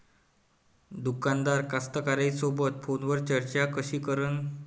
दुकानदार कास्तकाराइसोबत फोनवर चर्चा कशी करन?